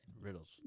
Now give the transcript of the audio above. riddles